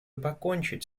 покончить